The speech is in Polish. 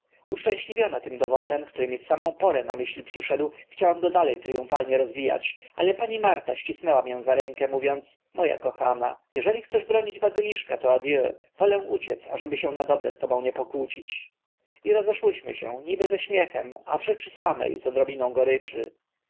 zwierzę uszczęśliwiona tym dowodem który mi w samą porę na myśl przyszedł chciałam go dale tryumfalnie rozwijać ale pani marta ścisnęła mnie za rękę mówiąc mo a kochana eżeli chcesz bronić bazyliszka to adieu wolę uciec ażeby się na dobre z tobą nie pokłócić i rozeszłyśmy się niby ze śmiechem a w rzeczy same z odrobinką goryczy